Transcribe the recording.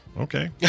Okay